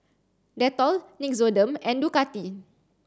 Dettol Nixoderm and Ducati